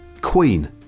Queen